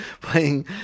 playing